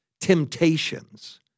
temptations